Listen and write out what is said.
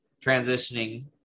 transitioning